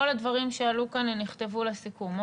כל הדברים שעלו כאן נכתבו לסיכום.